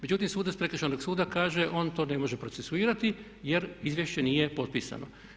Međutim, sudac Prekršajnog suda kaže on to ne može procesuirati jer izvješće nije potpisano.